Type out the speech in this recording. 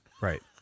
Right